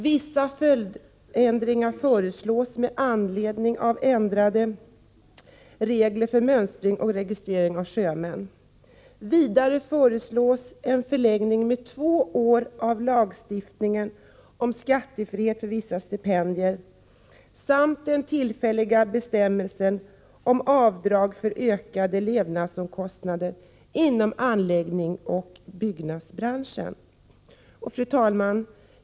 Vissa följdändringar föreslås med anledning av ändrade regler för mönstring och registrering av sjömän. Vidare föreslås en förlängning med två år av lagstiftningen om skattefrihet för vissa stipendier samt av den tillfälliga bestämmelsen om avdrag för ökade levnadskostnader inom anläggningsoch byggnadsbranschen. Fru talman!